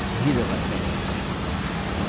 neither of us think it's going too fast.